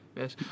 yes